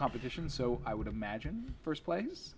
competition so i would imagine first place